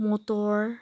motor